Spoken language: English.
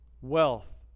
wealth